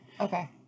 Okay